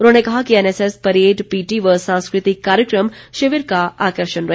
उन्होंने कहा कि एनएसएस परेड पीटी व सांस्कृतिक कार्यक्रम शिविर का आकर्षण रहे